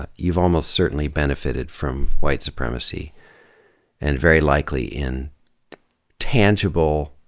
you've almost certainly benefited from white supremacy and very likely in tangible,